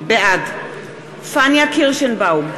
בעד פניה קירשנבאום,